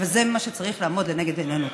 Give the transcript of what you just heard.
אבל זה מה שצריך לעמוד לנגד עינינו.